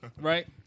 right